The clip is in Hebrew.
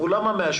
שאלו: למה 180?